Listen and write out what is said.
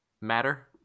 matter